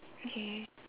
okay